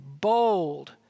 bold